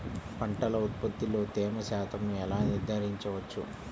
పంటల ఉత్పత్తిలో తేమ శాతంను ఎలా నిర్ధారించవచ్చు?